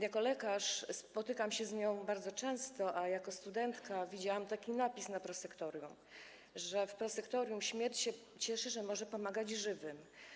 Jako lekarz spotykam się z nią bardzo często, a jako studentka widziałam taki napis na prosektorium, że w prosektorium śmierć się cieszy, że może pomagać żywym.